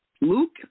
luke